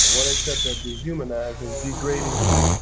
won't accept that dehumanizing, degrading treatment.